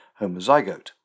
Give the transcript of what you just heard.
homozygote